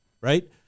right